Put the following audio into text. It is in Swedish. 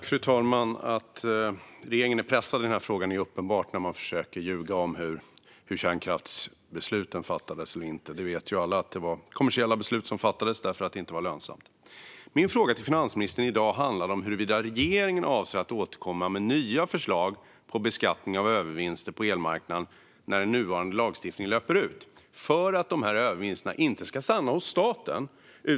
Fru talman! Att regeringen är pressad i den här frågan är uppenbart när man försöker ljuga om hur kärnkraftsbesluten fattades och inte. Det vet ju alla att det var kommersiella beslut som fattades därför att det inte var lönsamt. Min fråga till finansministern i dag handlade om huruvida regeringen avser att återkomma med nya förslag på beskattning av övervinster på elmarknaden när den nuvarande lagstiftningen löper ut för att de här övervinsterna inte ska stanna hos staten.